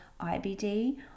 IBD